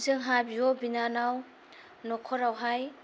जोंहा बिब' बिनानाव नखरावहाय